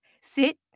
sit